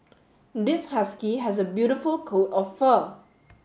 this husky has a beautiful coat of fur